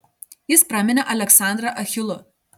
jis praminė aleksandrą achilu